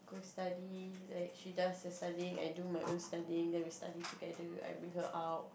study like she does her studying I do my own studying then we study together I bring her out